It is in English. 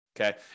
okay